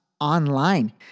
online